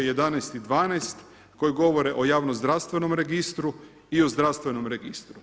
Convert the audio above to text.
11. i 12. koje govore o javno-zdravstvenom registru i o zdravstvenom registru.